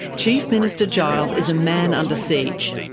chief minister giles is a man under siege.